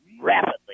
rapidly